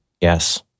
Yes